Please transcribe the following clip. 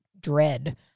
dread